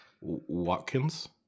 Watkins